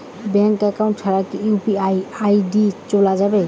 Bank account ছাড়া কি UPI ID চোলা যাবে?